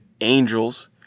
Angels